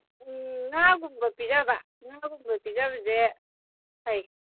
ꯎꯝ ꯉꯥꯒꯨꯝꯕ ꯄꯤꯖꯕ ꯉꯥꯒꯨꯝꯕ ꯄꯤꯖꯕꯁꯦ ꯐꯩ